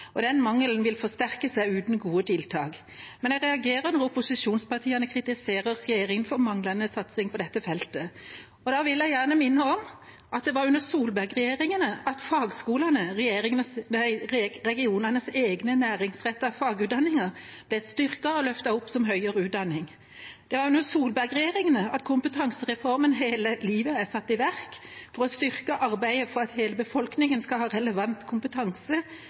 Og den mangelen vil forsterke seg uten gode tiltak. Men jeg reagerer når opposisjonspartiene kritiserer regjeringa for manglende satsing på dette feltet. Jeg vil gjerne minne om at det var under Solberg-regjeringa at fagskolene, regionenes egne næringsrettede fagutdanninger, ble styrket og løftet opp som høyere utdanning. Det var under Solberg-regjeringa at kompetansereformen Leve hele livet ble satt i verk for å styrke arbeidet for at hele befolkningen skal ha relevant kompetanse